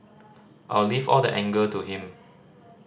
I'll leave all the anger to him